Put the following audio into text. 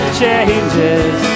changes